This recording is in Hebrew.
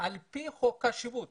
על פי חוק השבות